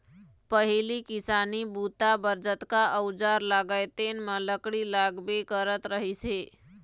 पहिली किसानी बूता बर जतका अउजार लागय तेन म लकड़ी लागबे करत रहिस हे